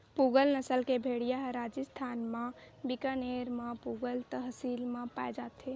पूगल नसल के भेड़िया ह राजिस्थान म बीकानेर म पुगल तहसील म पाए जाथे